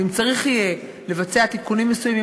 ואם צריך יהיה לבצע תיקונים מסוימים,